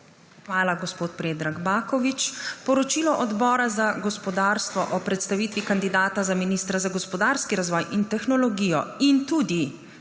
Hvala, gospod Predrag Bakovič. Poročilo Odbora za gospodarstvo o predstavitvi kandidata za ministra za gospodarski razvoj in tehnologijo ter tudi